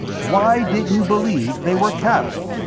why didn't you believe they were cattle?